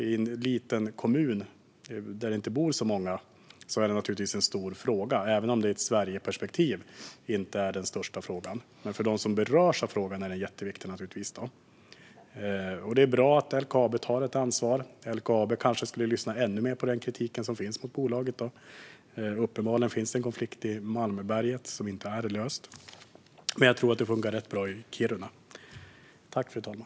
I en liten kommun där det inte bor så många är detta naturligtvis en stor fråga. I ett Sverigeperspektiv är detta inte den största frågan, men för dem som berörs av frågan är den jätteviktig. Det är bra att LKAB tar ansvar. LKAB kanske skulle lyssna ännu mer på den kritik som finns mot bolaget; uppenbarligen finns det en konflikt i Malmberget som inte är löst. Jag tror dock att det funkar rätt bra i Kiruna.